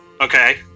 Okay